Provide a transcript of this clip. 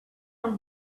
not